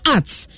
Arts